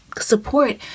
support